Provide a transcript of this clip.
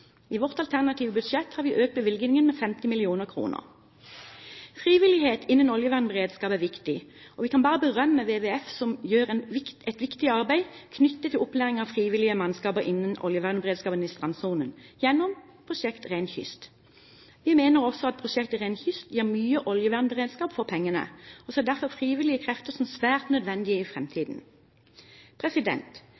I vårt alternative budsjett har vi økt bevilgningen med 50 mill. kr. Frivillighet innen oljevernberedskap er viktig, og vi kan bare berømme WWF som gjør et viktig arbeid knyttet til opplæring av frivillige mannskaper innen oljevernberedskap i strandsonen gjennom prosjektet Ren kyst!. Vi mener også at prosjektet Ren kyst! gir mye oljevernberedskap for pengene, og ser derfor frivillige krefter som svært nødvendig i framtiden. Redningsselskapet er også en del av ryggraden i